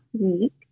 week